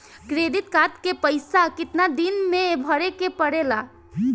Credit card के पइसा कितना दिन में भरे के पड़ेला?